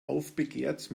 aufbegehrt